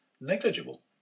negligible